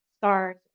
stars